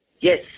Yes